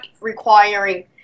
requiring